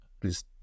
Please